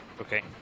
Okay